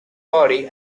body